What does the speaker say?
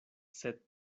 sed